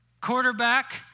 quarterback